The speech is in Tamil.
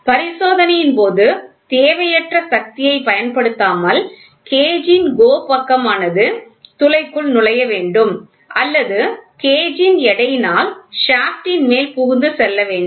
பரிசோதனையின் போது தேவையற்ற சக்தியைப் பயன்படுத்தாமல் கேஜ் ன் GO பக்கமானது துளைக்குள் நுழைய வேண்டும் அல்லது கேஜ் ன் எடையினால் ஷாப்ட் ன் மேல் புகுந்து செல்ல வேண்டும்